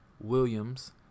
Williams